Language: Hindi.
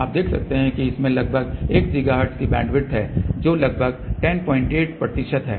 आप देख सकते हैं कि इसमें लगभग 1 गीगाहर्ट्ज की बैंडविड्थ है जो लगभग 108 प्रतिशत है